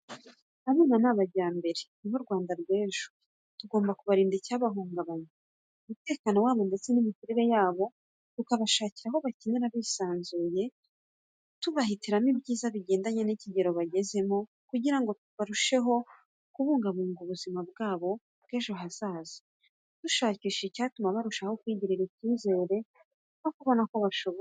Abana ni abajyambere nibo Rwanda rw'ejo. Tugomba kubarinda icyahungabanya umutekano wabo ndetse n'imikurire yabo, tubashakira aho bakinira bisanzuye tubahitiramo ibyiza bigendanye n'ikigero bagezemo kugira ngo turusheho kubungabunga ubuzima bwabo bw'ejo hazaza, dushakisha icyatuma barushaho kwigirira icyizere no kubona ko bashoboye.